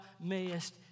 mayest